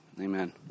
amen